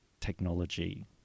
technology